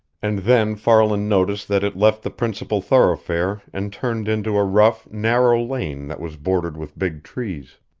and then farland noticed that it left the principal thoroughfare and turned into a rough, narrow lane that was bordered with big trees.